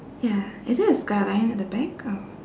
ya is it a skyline at the back or